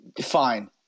fine